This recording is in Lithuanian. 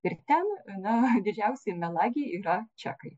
ir ten na didžiausi melagiai yra čekai